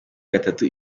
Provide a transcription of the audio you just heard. gatatu